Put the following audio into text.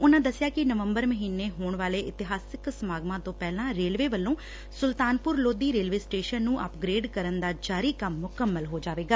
ਉਨੂਾਂ ਦੱਸਿਆ ਕਿ ਨਵੰਬਰ ਮਹੀਨੇ ਹੋਣ ਵਾਲੇ ਇਤਿਹਾਸਕ ਸਮਾਗਮਾਂ ਤੋਂ ਪਹਿਲਾਂ ਰੇਲਵੇ ਵੱਲੋਂ ਸੁਲਤਾਨਪੁਰ ਲੋਧੀ ਰੇਲਵੇ ਸਟੇਸ਼ਨ ਨੂੰ ਅੱਪਗ੍ਰੇਡ ਕਰਨ ਦਾ ਜਾਰੀ ਕੰਮ ਮੁਕੰਮਲ ਹੋ ਜਾਵੇਗਾ